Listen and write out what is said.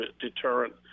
deterrent